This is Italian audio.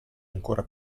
ancora